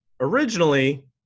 originally